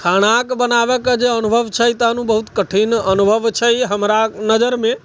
खाना बनाबैके जे अनुभव छै तखन ओ बहुत कठिन अनुभव छै हमरा नजरिमे